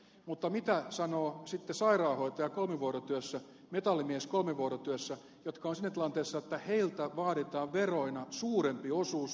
mutta mitä sanoo sitten sairaanhoitaja kolmivuorotyössä metallimies kolmivuorotyössä jotka ovat siinä tilanteessa että heiltä vaaditaan veroina suurempi osuus kuin näiltä osinkomiljonääreiltä